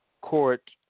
Court